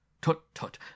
Tut-tut